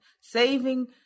saving